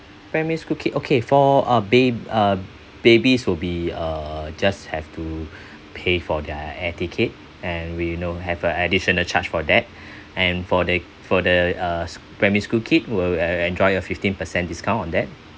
primary school kid okay for a ba~ uh babies will be uh just have to pay for their air ticket and we no have a additional charge for that and for the for the uh primary school kid will uh enjoy a fifteen percent discount on that